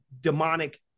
demonic